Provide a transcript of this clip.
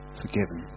forgiven